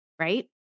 right